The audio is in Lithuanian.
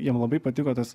jiem labai patiko tas